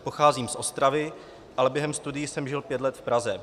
Pocházím z Ostravy, ale během studií jsem žil pět let v Praze.